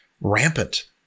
rampant